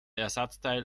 ersatzteil